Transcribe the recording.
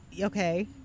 okay